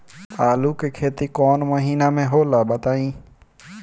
आलू के खेती कौन महीना में होला बताई?